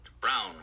brown